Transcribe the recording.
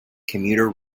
commuter